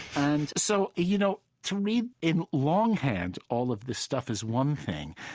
and so, you know, to read in longhand all of this stuff is one thing,